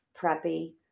preppy